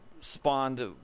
spawned